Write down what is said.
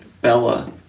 Bella